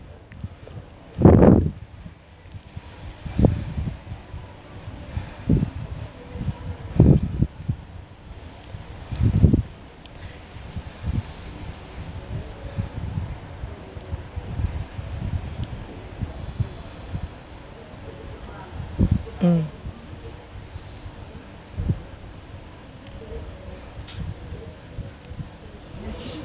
mm